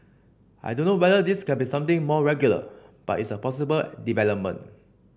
I don't know whether this can be something more regular but it's a possible development